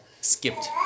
skipped